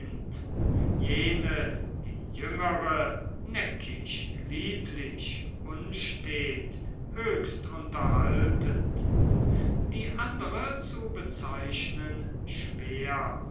jene die jüngere neckisch lieblich unstät höchst unterhaltend die andere zu bezeichnen schwer